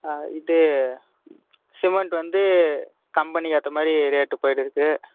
இது சிமெண்ட் வந்து கம்பெனிக்கு ஏற்ற மாரி ரேட் போய்டுருக்குது